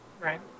Right